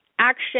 Action